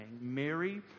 Mary